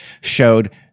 showed